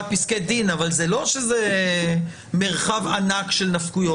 פסקי דין אבל זה לא שזה מרחב ענק של נפקויות.